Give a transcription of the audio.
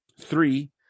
Three